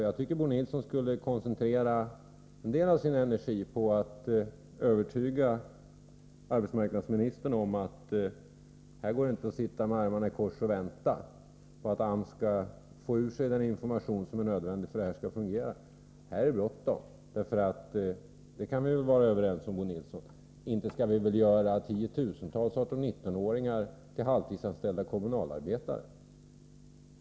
Jag tycker att Bo Nilsson skulle koncentrera en del av sin energi på att övertyga arbetsmarknadsministern om att här går det inte att sitta med armarna i kors och vänta på att AMS skall få ur sig den information som är nödvändig för att detta skall fungera. Här är det bråttom. För vi kan väl vara överens om, Bo Nilsson, att inte skall vi göra tiotusentals 18-19-åringar till halvtidsanställda kommunalarbetare.